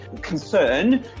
concern